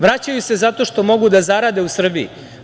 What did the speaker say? Vraćaju se zato što mogu da zarade u Srbiji.